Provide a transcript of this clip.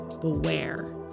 beware